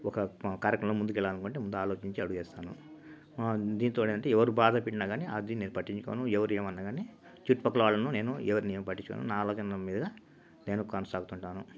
ఒక కార్యక్రమం ముందుకెళ్ళాలనుకుంటే ముందు ఆలోచించి అడుగేస్తాను దీంతో ఏంటంటే ఎవరు బాధపడిన కాని అది నేను పట్టించుకోను ఎవరు ఏమన్నా కాని చుట్టుపక్కల వాళ్ళను నేను ఎవరిని ఏం పట్టించుకోను నా ఆలోచనలు మీద నేను కొనసాగుతుంటాను